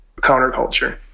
counterculture